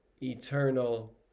eternal